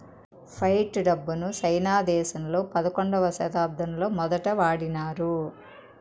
fight డబ్బును సైనా దేశంలో పదకొండవ శతాబ్దంలో మొదటి వాడినారు